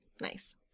Nice